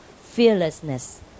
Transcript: fearlessness